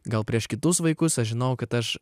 gal prieš kitus vaikus aš žinojau kad aš